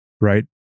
Right